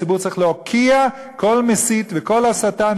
הציבור צריך להוקיע כל מסית וכל הסתה,